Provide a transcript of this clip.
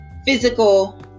physical